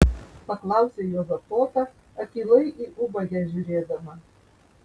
paklausė juozapota akylai į ubagę žiūrėdama